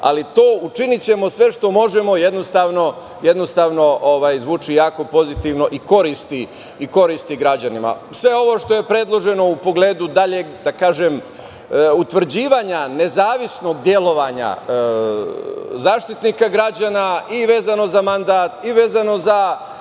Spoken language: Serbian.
ali to - učinićemo sve što možemo, jednostavno zvuči jako pozitivno i koristi građanima. Sve ovo što je predloženo u pogledu daljeg, da kažem, utvrđivanja nezavisnog delovanja Zaštitnika građana, i vezano za mandat i vezano za